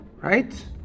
right